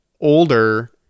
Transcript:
older